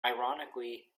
ironically